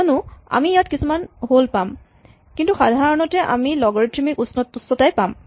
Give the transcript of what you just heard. কিয়নো আমি ইয়াত কিছুমান হল পাম কিন্তু সাধাৰণতে আমি এটা লগাৰিথমিক উচ্চতা পাম